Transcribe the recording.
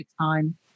time